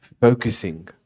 focusing